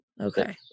Okay